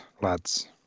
lads